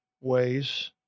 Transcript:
ways